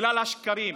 בגלל השקרים.